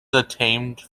obtained